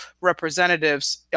representatives